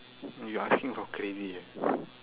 you asking for crazy ah